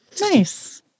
Nice